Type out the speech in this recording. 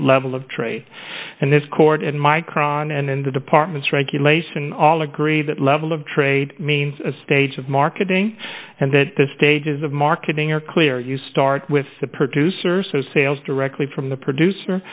level of trade and this court at micron and in the department's regulation all agree that level of trade means a stage of marketing and that the stages of marketing are clear you start with the producers so sales directly from the producer